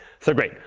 so great.